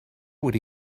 would